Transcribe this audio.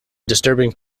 disturbing